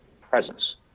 presence